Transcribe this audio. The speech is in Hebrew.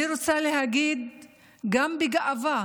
אני רוצה להגיד גם בגאווה